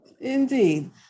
indeed